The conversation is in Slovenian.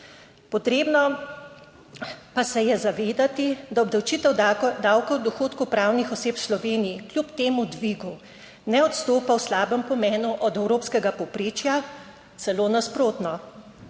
Potrebno pa se je zavedati, da obdavčitev davka od dohodkov pravnih oseb v Sloveniji kljub temu dvigu ne odstopa v slabem pomenu od evropskega povprečja, celo nasprotno.